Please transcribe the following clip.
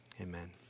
Amen